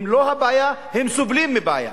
הם לא הבעיה, הם סובלים מבעיה.